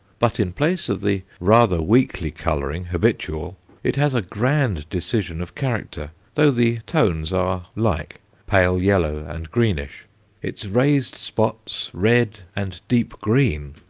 but in place of the rather weakly colouring habitual it has a grand decision of character, though the tones are like pale yellow and greenish its raised spots, red and deep green,